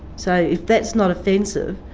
so if that's not offensive,